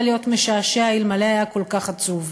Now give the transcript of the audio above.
להיות משעשע אלמלא היה כל כך עצוב.